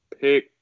pick